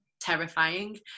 terrifying